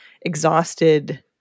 exhausted